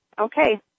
okay